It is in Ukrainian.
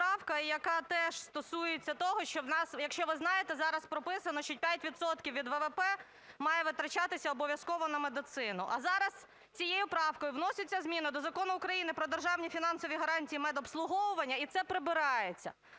яка теж стосується того, що в нас, якщо ви знаєте, зараз прописано, що 5 відсотків від ВВП має витрачатися обов'язково на медицину. А зараз цією правкою вносяться зміни до Закону України про державні фінансові гарантії медобслуговування і це прибирається.